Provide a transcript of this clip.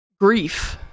grief